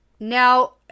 Now